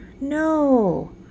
No